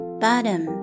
bottom